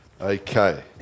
Okay